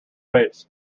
bridge